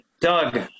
doug